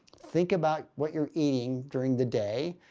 think about what you're eating during the day,